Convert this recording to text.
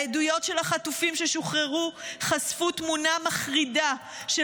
העדויות של החטופים ששוחררו חשפו תמונה מחרידה של